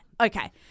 okay